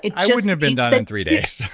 and i wouldn't have been done in three days.